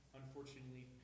unfortunately